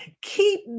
Keep